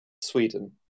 Sweden